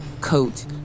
coat